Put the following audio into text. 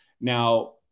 Now